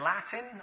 Latin